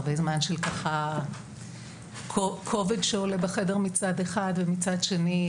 הרבה זמן של כובד שעולה בחדר מצד אחד ומצד שני,